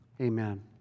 amen